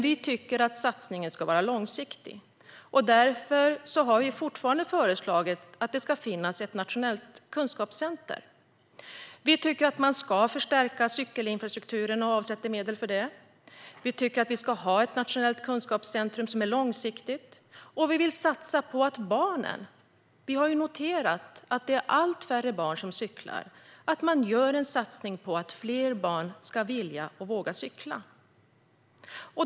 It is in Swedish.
Vi tycker dock att satsningen ska vara långsiktig, och därför föreslår vi fortfarande att det ska finnas ett nationellt kunskapscenter. Vi tycker att man ska förstärka cykelinfrastrukturen och avsätter medel för det. Vi tycker att man ska ha ett nationellt kunskapscentrum som är långsiktigt. Vi vill också satsa på barnen. Vi har noterat att det är allt färre barn som cyklar, och vi vill att man gör en satsning på att fler barn ska vilja och våga cykla.